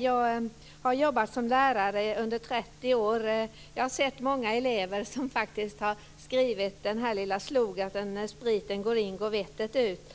Jag har jobbat som lärare under 30 år, och jag har sett många elever skriva under på devisen "när spriten går in går vettet ut".